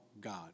God